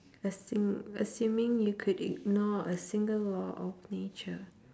assum~ assuming you could ignore a single law of nature